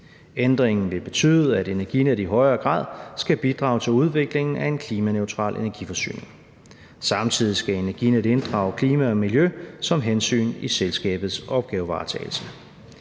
Ændringen vil betyde, at Energinet i højere grad skal bidrage til udviklingen af en klimaneutral energiforsyning. Samtidig skal Energinet inddrage klima og miljø som hensyn i selskabets opgavevaretagelse.